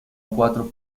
cuatro